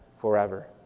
forever